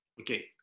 okay